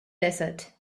desert